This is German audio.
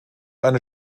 seine